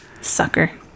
Sucker